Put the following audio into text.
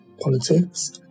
politics